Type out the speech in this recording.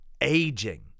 Aging